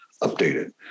updated